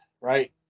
right